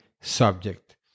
subject